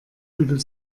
übel